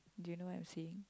do you know what I'm seeing